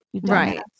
Right